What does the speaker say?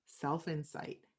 self-insight